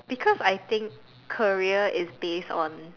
because I think career is based on